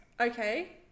Okay